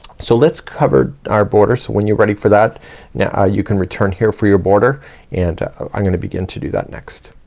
so let's cover our border. so when you're ready for that yeah you can return here for your border and i'm gonna begin to do that next.